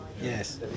Yes